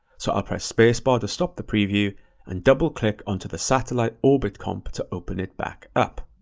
so i'll press space bar to stop the preview and double click onto the satellite orbit comp to open it back up.